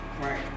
Right